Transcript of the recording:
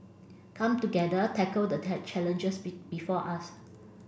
come together tackle the challenges be before us